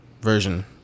version